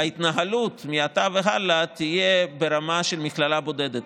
שההתנהלות מעתה והלאה תהיה ברמה של מכללה בודדת.